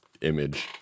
image